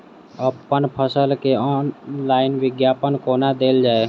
अप्पन फसल केँ ऑनलाइन विज्ञापन कोना देल जाए?